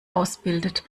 ausbildet